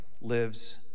lives